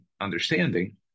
understanding